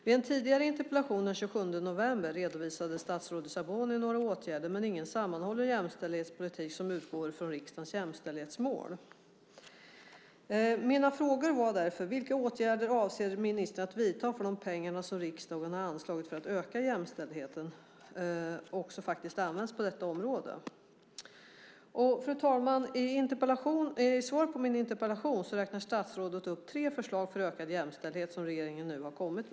Vid en tidigare interpellationsdebatt den 27 november redovisade statsrådet Sabuni några åtgärder, men ingen sammanhållen jämställdhetspolitik som utgår från riksdagens jämställdhetsmål. Min fråga var därför: Vilka åtgärder avser ministern att vidta för att de pengar som riksdagen har anslagit för att öka jämställdheten faktiskt ska användas på detta område? Fru talman! I svaret på min interpellation räknar statsrådet upp tre åtgärder för ökad jämställdhet som regeringen nu har föreslagit.